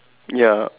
ya